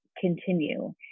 continue